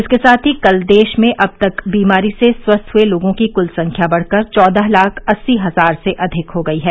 इसके साथ ही कल देश में अब तक बीमारी से स्वस्थ हुए लोगों की कुल संख्या बढ़कर चौदह लाख अस्सी हजार से अधिक हो गई है